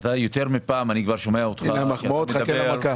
היא גם דנה על מעון ראש הממשלה.